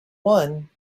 one